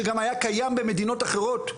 שגם היה קיים במדינות אחרות.